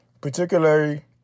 particularly